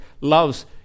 loves